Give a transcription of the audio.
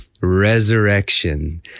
resurrection